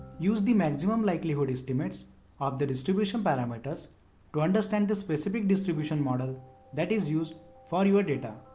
use the ml um um like like ml estimates of the distribution parameters to understand the specific distribution model that is used for your data.